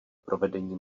provedení